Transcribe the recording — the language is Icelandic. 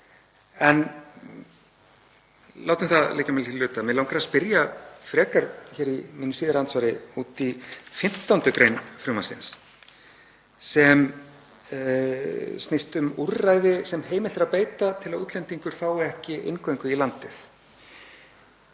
En látum það liggja á milli hluta. Mig langar að spyrja frekar í mínu síðara andsvari út í 15. gr. frumvarpsins sem snýst um úrræði sem heimilt er að beita til að útlendingur fái ekki inngöngu í landið.